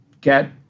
get